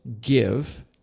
give